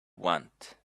want